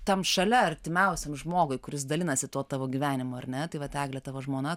tam šalia artimiausiam žmogui kuris dalinasi tuo tavo gyvenimu ar ne tai vat eglė tavo žmona